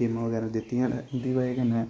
गेमां बगैरा दित्तियां न उं'दी वजह कन्नै